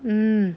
mm